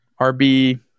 RB